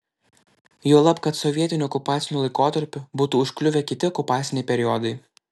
juolab kad sovietiniu okupaciniu laikotarpiu būtų užkliuvę kiti okupaciniai periodai